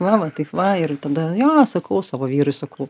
va va taip va ir tada jo sakau savo vyrui sakau